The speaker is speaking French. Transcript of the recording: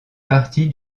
partie